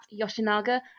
Yoshinaga